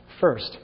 first